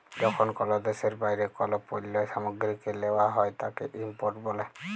যখন কল দ্যাশের বাইরে কল পল্য সামগ্রীকে লেওয়া হ্যয় তাকে ইম্পোর্ট ব্যলে